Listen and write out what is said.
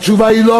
התשובה היא לא,